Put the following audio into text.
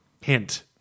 hint